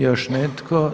Još netko?